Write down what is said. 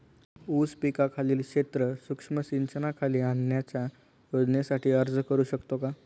ऊस पिकाखालील क्षेत्र सूक्ष्म सिंचनाखाली आणण्याच्या योजनेसाठी अर्ज करू शकतो का?